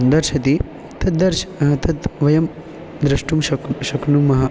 दर्शयति तद् दर्श् तत् वयं द्रष्टुं शक् शक्नुमः